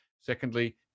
Secondly